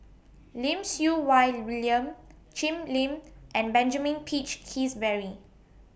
Lim Siew Wai William Jim Lim and Benjamin Peach Keasberry